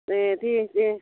ए दे दे